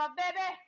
baby